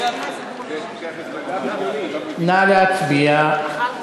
נא להצביע.